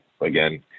again